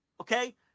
okay